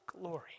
glory